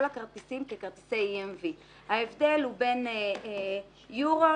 הכרטיסים ככרטיסי EMV. ההבדל הוא בין יורו,